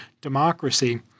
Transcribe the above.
democracy